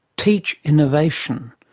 teach innovation.